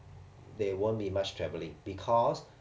they won't be much travelling because